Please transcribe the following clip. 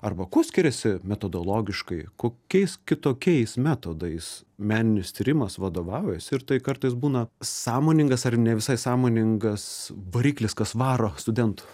arba kuo skiriasi metodologiškai kokiais kitokiais metodais meninis tyrimas vadovaujasi ir tai kartais būna sąmoningas ar ne visai sąmoningas variklis kas varo studentų